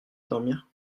dormir